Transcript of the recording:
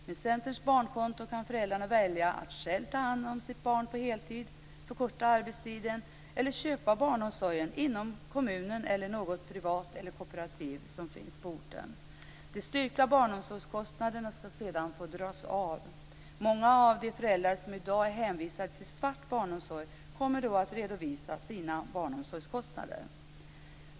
Med Centerns barnkonto kan föräldrarna välja att själva ta hand om sitt barn på heltid, förkorta arbetstiden eller köpa barnomsorg inom kommunen eller inom något privat alternativ eller kooperativ som finns på orten. De styrkta barnomsorgskostnaderna skall sedan få dras av. Många av de föräldrar som i dag är hänvisade till "svart" barnomsorg kommer då att redovisa sina barnomsorgskostnader.